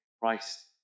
Christ